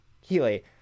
Healy